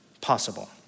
possible